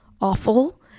awful